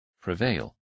prevail